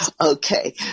Okay